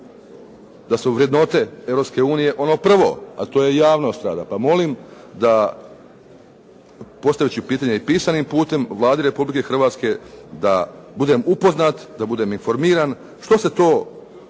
unije ono prvo, a to je javnost rada, pa molim da... Postavit ću pitanje i pisanim putem Vladi Republike Hrvatske da budem upoznat, da budem informiran što se to